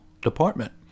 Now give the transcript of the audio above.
department